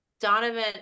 Donovan